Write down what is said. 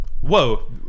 Whoa